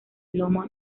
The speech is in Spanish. lomo